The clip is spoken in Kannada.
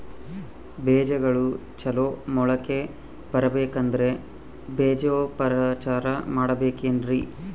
ಬೇಜಗಳು ಚಲೋ ಮೊಳಕೆ ಬರಬೇಕಂದ್ರೆ ಬೇಜೋಪಚಾರ ಮಾಡಲೆಬೇಕೆನ್ರಿ?